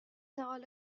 انتقال